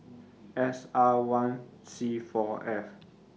S R one C four F